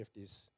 50s